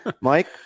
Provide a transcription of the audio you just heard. Mike